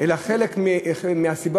חלק מהסיבה,